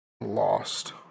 lost